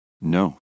No